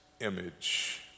image